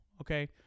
Okay